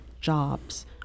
jobs